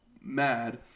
mad